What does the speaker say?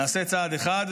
נעשה צעד אחד,